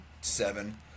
seven